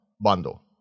bundle